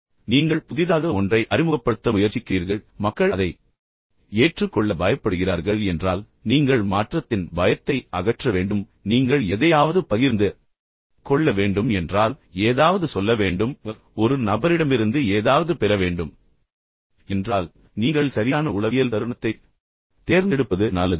குறிப்பாக நீங்கள் புதிதாக ஒன்றை அறிமுகப்படுத்த முயற்சிக்கிறீர்கள் பின்னர் மக்கள் அதை ஏற்றுக்கொள்ள பயப்படுகிறார்கள் என்றால் நீங்கள் மாற்றத்தின் பயத்தை அகற்ற வேண்டும் பின்னர் நீங்கள் எதையாவது பகிர்ந்து கொள்ள வேண்டும் என்றால் ஏதாவது சொல்லவேண்டும் ஒரு நபரிடமிருந்து ஏதாவது பெறவேண்டும் என்றால் நீங்கள் சரியான உளவியல் தருணத்தைத் தேர்ந்தெடுப்பது நல்லது